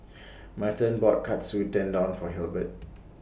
Merton bought Katsu Tendon For Hilbert